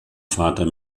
vater